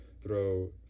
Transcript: throw